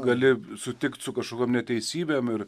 gali sutikt su kašokiom neteisybėm ir